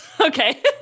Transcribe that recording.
Okay